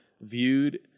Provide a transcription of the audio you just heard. viewed